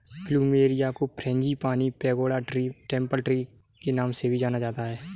plumeria को frangipani, pagoda tree, temple tree नाम से भी जाना जाता है